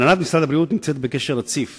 הנהלת משרד הבריאות נמצאת בקשר רציף